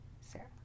Sarah